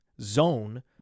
zone